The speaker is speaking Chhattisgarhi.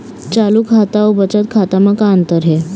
चालू खाता अउ बचत खाता म का अंतर हे?